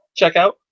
checkout